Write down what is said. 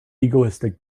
egoistic